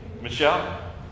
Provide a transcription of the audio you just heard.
Michelle